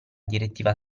direttiva